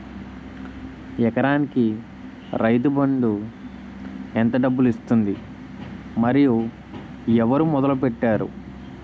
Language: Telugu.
ఎకరానికి రైతు బందు ఎంత డబ్బులు ఇస్తుంది? మరియు ఎవరు మొదల పెట్టారు?